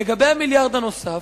לגבי המיליארד הנוסף,